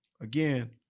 again